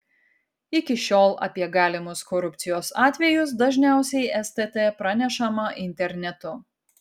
iki šiol apie galimus korupcijos atvejus dažniausiai stt pranešama internetu